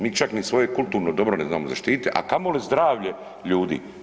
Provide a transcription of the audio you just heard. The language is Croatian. Mi čak ni svoje kulturno dobro ne znamo zaštititi, a kamoli zdravlje ljudi.